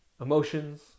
emotions